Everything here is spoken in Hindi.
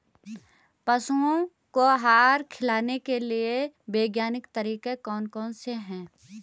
पशुओं को आहार खिलाने के लिए वैज्ञानिक तरीके कौन कौन से हैं?